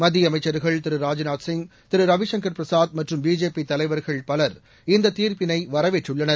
மத்திய அமைச்சர்கள் திரு ராஜ்நாதசிய் திரு ரவிசங்கள் பிரசாத் மற்றும் பிஜேபி தலைவர்கள் பவர் இந்த தீர்ப்பினை வரவேற்றுள்ளனர்